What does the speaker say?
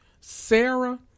Sarah